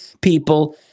people